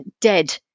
dead